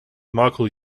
michael